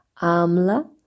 Amla